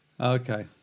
Okay